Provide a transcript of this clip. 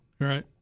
Right